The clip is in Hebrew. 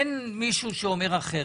אין מישהו שאומר אחרת,